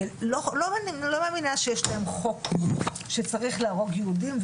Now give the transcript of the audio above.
אני לא מאמינה שיש שם חוק שצריך להרוג יהודים,